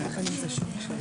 הישיבה ננעלה בשעה 11:00.